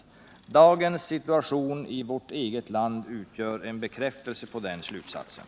Dagens situation i vårt eget land utgör en bekräftelse på den slutsatsen.